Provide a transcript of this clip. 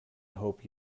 hope